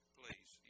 please